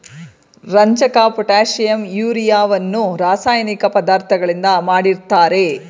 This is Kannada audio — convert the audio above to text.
ರಂಜಕ, ಪೊಟ್ಯಾಷಿಂ, ಯೂರಿಯವನ್ನು ರಾಸಾಯನಿಕ ಪದಾರ್ಥಗಳಿಂದ ಮಾಡಿರ್ತರೆ